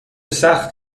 سخت